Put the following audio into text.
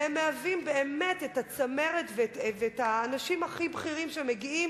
והם מהווים באמת את הצמרת ואת האנשים הכי בכירים שמגיעים